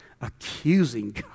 accusing